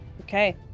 Okay